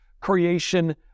Creation